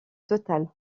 total